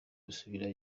dusubira